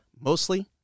mostly